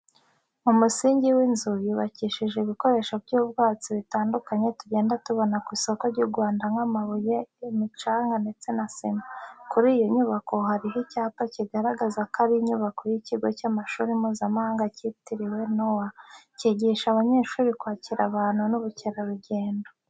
Mu musingi w'inzu yubakishije ibikoresho by'ubwubatsi bitandukanye tugenda tubona ku isoko ry'u Rwanda nk'amabuye, imicanga ndetse na sima. Kuri iyo nyubako hariho icyapa kigaragaza ko ari inyubako y'ikigo cy'amashuri Mpuzamahanga cyitiriwe Nowa, cyigisha abanyeshuri kwakira abantu n'ubukerarugendo.